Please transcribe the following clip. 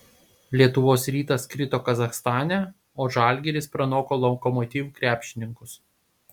lietuvos rytas krito kazachstane o žalgiris pranoko lokomotiv krepšininkus